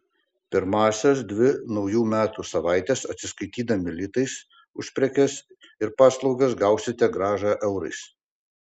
pirmąsias dvi naujų metų savaites atsiskaitydami litais už prekes ir paslaugas gausite grąžą eurais